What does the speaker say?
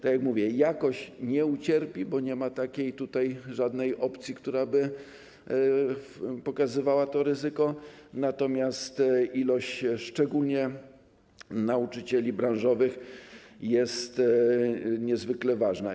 Tak jak mówię - jakość nie ucierpi, bo nie ma tutaj takiej opcji, która by wskazywała na to ryzyko, natomiast liczba, szczególnie nauczycieli branżowych, jest niezwykle ważna.